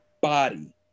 body